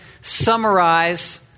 summarize